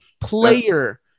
player